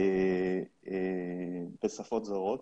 בשפות זרות,